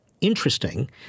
interesting